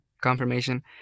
confirmation